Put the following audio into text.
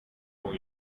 con